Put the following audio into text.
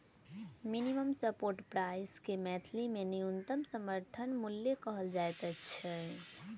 minimum support price के मैथिली मे न्यूनतम समर्थन मूल्य कहल जाइत छै